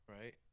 Right